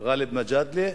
גאלב מג'אדלה,